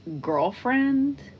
girlfriend